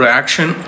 action